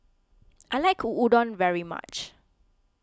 I like Udon very much